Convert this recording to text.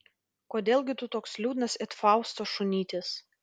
kodėl gi tu toks liūdnas it fausto šunytis